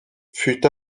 fut